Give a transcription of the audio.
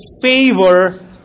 favor